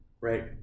Right